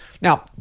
Now